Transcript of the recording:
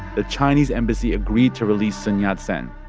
the chinese embassy agreed to release sun yat-sen.